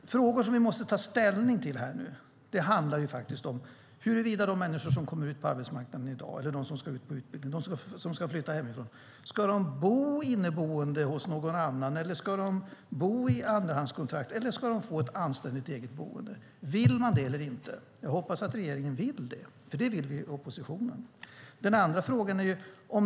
Frågor som vi måste ta ställning till är huruvida de människor som kommer ut på arbetsmarknaden eller ska in på en utbildning, sådana som ska flytta hemifrån, ska bo inneboende hos någon, bo i andrahandslägenhet eller få ett anständigt eget boende. Vill regeringen det eller inte? Jag hoppas att regeringen vill det, för det vill vi i oppositionen.